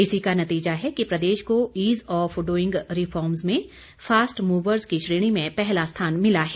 इसी का नतीजा है कि प्रदेश को ईज़ ऑफ डुईंग रिफॉर्मस में फास्ट मूवर्स की श्रेणी में पहला स्थान मिला है